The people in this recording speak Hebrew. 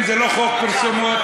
מגיע לי, מיקי,